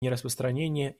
нераспространения